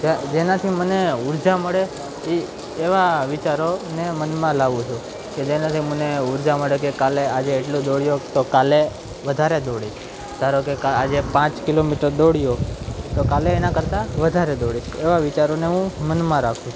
જેનાથી મને ઉર્જા મળે એ એવા વિચારોને મનમાં લાવું છું કે જેનાથી મને ઉર્જા મળે કે કાલે આજે એટલું દોડ્યો તો કાલે વધારે દોડીશ ધારો કે આજે પાંચ કિલોમીટર દોડ્યો તો કાલે એના કરતાં વધારે દોડીશ એવા વિચારોને હું મનમાં રાખું છું